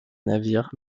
navires